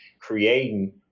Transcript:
creating